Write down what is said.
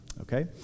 Okay